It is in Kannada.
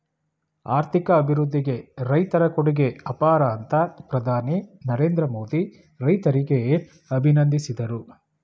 ಆರ್ಥಿಕ ಅಭಿವೃದ್ಧಿಗೆ ರೈತರ ಕೊಡುಗೆ ಅಪಾರ ಅಂತ ಪ್ರಧಾನಿ ನರೇಂದ್ರ ಮೋದಿ ರೈತರಿಗೆ ಅಭಿನಂದಿಸಿದರು